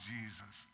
Jesus